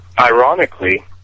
ironically